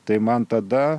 tai man tada